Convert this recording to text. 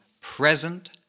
present